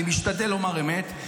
אני משתדל לומר אמת.